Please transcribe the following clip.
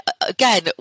again